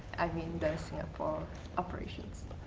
the singapore operations.